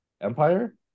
Empire